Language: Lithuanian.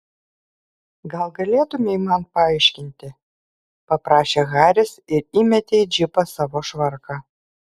gal galėtumei man paaiškinti paprašė haris ir įmetė į džipą savo švarką